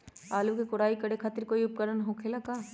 आलू के कोराई करे खातिर कोई उपकरण हो खेला का?